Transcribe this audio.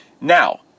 Now